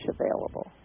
available